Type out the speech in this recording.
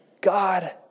God